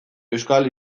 euskal